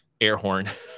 Airhorn